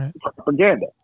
Propaganda